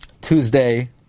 Tuesday